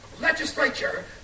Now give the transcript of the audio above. legislature